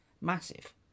massive